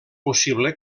possible